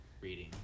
reading